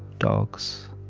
dogs,